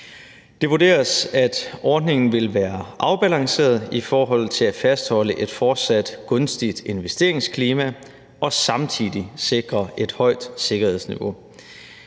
Det vurderes, at ordningen vil være afbalanceret i forhold til at fastholde et fortsat gunstigt investeringsklima og samtidig sikre et højt sikkerhedsniveau.